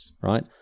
right